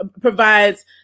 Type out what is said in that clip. provides